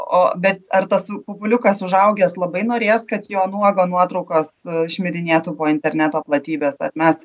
o bet ar tas pupuliukas užaugęs labai norės kad jo nuogo nuotraukas šmirinėtų po interneto platybes ar mes